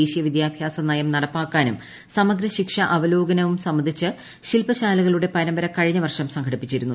ദേശീയ വിദ്യാഭ്യാസ നയം നടപ്പാക്കാനും സമഗ്ര ശിക്ഷാ അവലോകനവും സംബന്ധിച്ച് ശില്പശാലകളുടെ പരമ്പര കഴിഞ്ഞ വർഷം സംഘടിപ്പിച്ചിരുന്നു